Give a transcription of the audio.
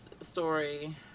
story